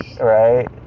Right